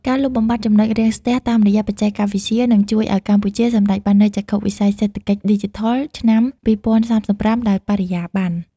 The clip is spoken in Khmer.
ការលុបបំបាត់ ចំណុចរាំងស្ទះ តាមរយៈបច្ចេកវិទ្យា នឹងជួយឱ្យកម្ពុជាសម្រេចបាននូវចក្ខុវិស័យសេដ្ឋកិច្ចឌីជីថលឆ្នាំ ២០៣៥ ដោយបរិយាបន្ន។